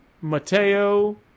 Mateo